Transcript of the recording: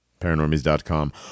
Paranormies.com